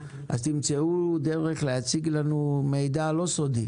תמצאו דרך להציג לנו מידע לא סודי,